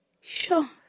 Sure